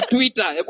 Twitter